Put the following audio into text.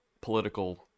political